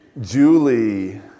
Julie